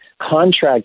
contract